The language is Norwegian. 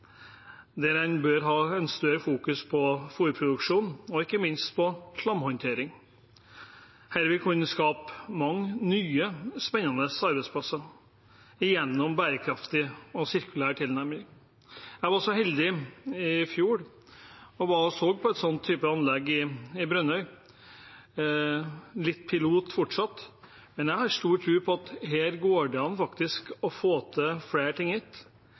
der en bør ha større fokus på fôrproduksjon og ikke minst på slamhåndtering. Dette vil kunne skape mange nye, spennende arbeidsplasser gjennom bærekraftig og sirkulær tilnærming. Jeg var så heldig i fjor og var og så på en sånn type anlegg i Brønnøy. Det er litt pilot fortsatt, men jeg har stor tro på at her går det an faktisk å få til flere ting